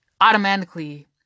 automatically